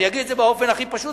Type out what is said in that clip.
אני אגיד את זה באופן הכי פשוט,